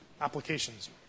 applications